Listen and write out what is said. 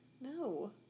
No